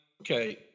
okay